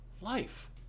life